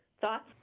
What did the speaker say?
thoughts